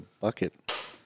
bucket